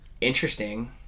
interesting